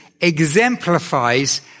exemplifies